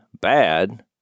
bad